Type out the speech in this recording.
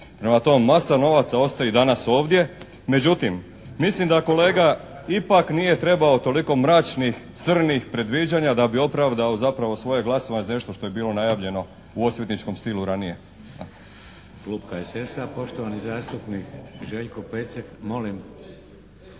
Prema tom masa novaca ostaje i danas ovdje. Međutim mislim da kolega ipak nije trebao toliko mračnih, crnih predviđanja da bi opravdao zapravo svoje glasovanje za nešto što je bilo najavljeno u osvetničkom stilu ranije. **Šeks, Vladimir (HDZ)** Klub HSS-a poštovani zastupnik Željko Pecek. Molim?